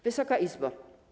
Wysoka Izbo!